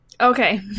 Okay